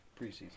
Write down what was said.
preseason